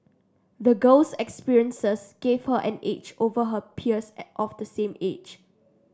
the girl's experiences gave her an edge over her peers of the same age